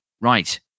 right